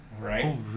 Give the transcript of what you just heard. Right